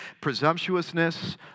presumptuousness